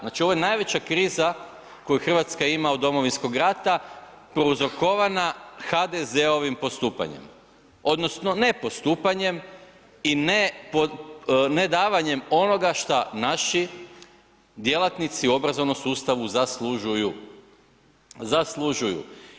Znači ovo je najveća kriza koju Hrvatska ima od Domovinskog rata prouzrokovana HDZ-ovim postupanjem, odnosno nepostupanjem i ne davanjem onoga šta naši djelatnici u obrazovnom sustavu zaslužuju, zaslužuju.